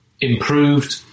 improved